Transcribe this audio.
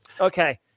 Okay